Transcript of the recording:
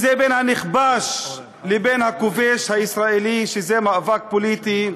בין הנכבש לבין הכובש הישראלי, זה מאבק פוליטי,